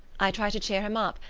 i try to cheer him up,